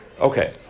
Okay